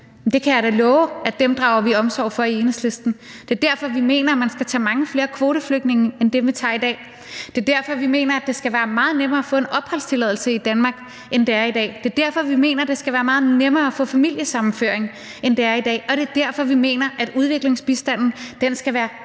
dem kan jeg da love at vi drager omsorg for i Enhedslisten. Det er derfor, vi mener, at man skal tage mange flere kvoteflygtninge end dem, vi tager i dag. Det er derfor, vi mener, at det skal være meget nemmere at få en opholdstilladelse i Danmark, end det er i dag. Det er derfor, vi mener, at det skal være meget nemmere at få familiesammenføring, end det er i dag. Og det er derfor, vi mener, at udviklingsbistanden skal være